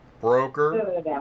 broker